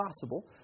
possible